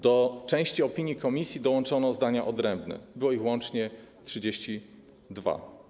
Do części opinii komisji dołączono zdania odrębne, było ich łącznie 32.